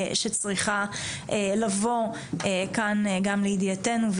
שצריכה לבוא כאן גם לידיעתנו,